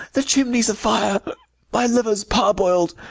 the chimney s afire my liver s parboil'd,